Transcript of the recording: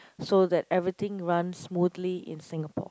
so that everything run smoothly in Singapore